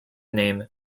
name